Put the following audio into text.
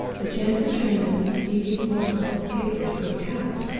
the chance of turning this mischievous morsel of paper to good account,